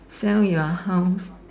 sell your house